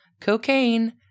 cocaine